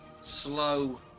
slow